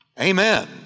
Amen